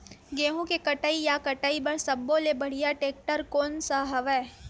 गेहूं के कटाई या कटाई बर सब्बो ले बढ़िया टेक्टर कोन सा हवय?